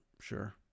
Sure